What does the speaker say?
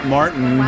Martin